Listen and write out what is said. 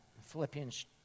philippians